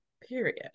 Period